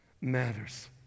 matters